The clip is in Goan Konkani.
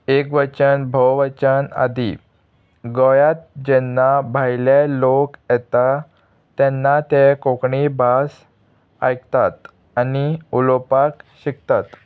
एक वचन भोववचन आदी गोंयांत जेन्ना भायले लोक येता तेन्ना ते कोंकणी भास आयकतात आनी उलोवपाक शिकतात